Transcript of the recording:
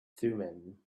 thummim